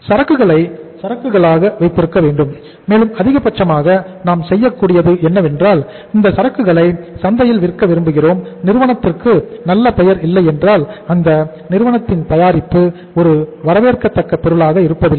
சரக்குகளை சரக்குகளாக வைத்திருக்க வேண்டும் மேலும் அதிகபட்சமாக நாம் செய்யக்கூடியது என்னவென்றால் இந்த சரக்குகளை சந்தையில் விற்க விரும்புகிறோம் நிறுவனத்திற்கு நல்ல பெயர் இல்லையென்றால் அந்த நிறுவனத்தின் தயாரிப்பு ஒரு வரவேற்கத்தக்க பொருளாக இருப்பதில்லை